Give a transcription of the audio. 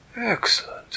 excellent